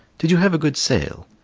did you have a good sail?